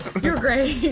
you're great,